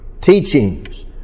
teachings